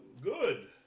Good